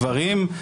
גברים,